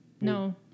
No